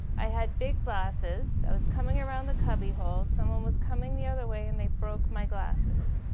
i had big glasses, i was coming around the cubby hole, someone was coming the other way and they broke my glasses.